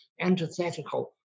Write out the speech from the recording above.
antithetical